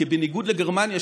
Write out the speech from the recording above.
כי בניגוד לגרמניה,